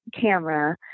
camera